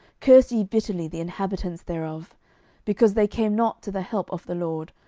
curse ye bitterly the inhabitants thereof because they came not to the help of the lord,